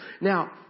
Now